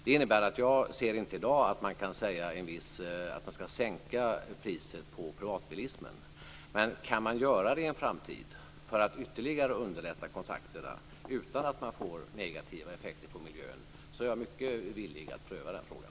Det innebär att jag i dag inte ser något skäl att sänka priset för privatbilismen. Men kan man göra det i en framtid för att ytterligare underlätta kontakterna, utan att man får negativa effekter på miljön, är jag mycket villig att pröva den frågan.